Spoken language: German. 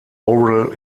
oral